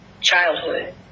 childhood